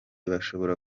bashobora